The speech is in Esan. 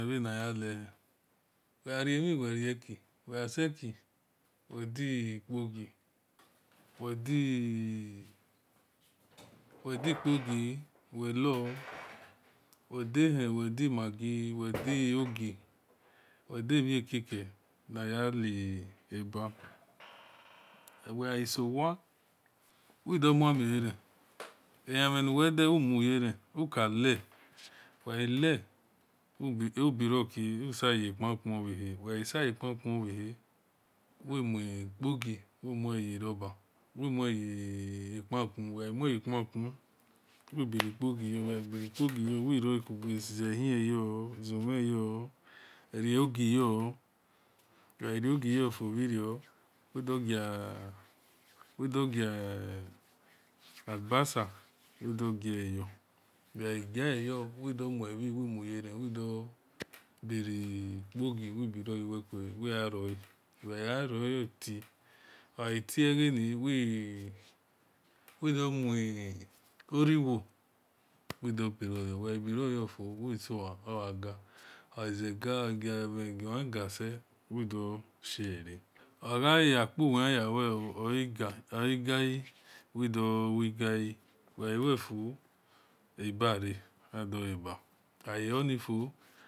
Emhina-ya le-wel gha rie mhi wel rie ki mel gha se̠ ki wel di kpogi wel di wel lor wel de-hen wel di-maggi wel di-ogi wel de-mhie-ke-ke na ya hi eba wel ghai sowa wi dor mua-mel yeren elamhen nuwel deni wimu yeran wil ka le-wel ghai le ubiro gie usa ye kpama ku obhehe-wel ghai sa-ye kpamahu obhe hel wil mui kpogi wil mue yi roba wil biri kpogi yu mil but wole kugbe wei ghai ye hie yor wil zu mhen yor wel mo gi yor wel ghai mo gi you fo bhi rio wu dor lubasa yor wel ghai gia le yor wil dor mue bhi-wimu yeran wil dor biri kpogi ya wei kuele wil roile mel ghai gha roi oghi ti oghi ti egheni wi dor biro-wiro yuwekuele uegha biro yofo wol sola ogha gu-oghai ga wol shielere oghai akpu wel yayalueoo or igai wel ghai wi gai fo wil doleba aghai loni fo.